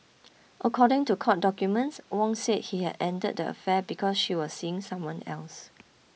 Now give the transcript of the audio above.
according to court documents Wong said he had ended the affair because she was seeing someone else